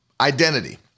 identity